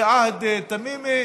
תמימי,